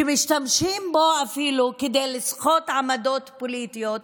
שמשתמשים בו אפילו כדי לסחוט עמדות פוליטיות,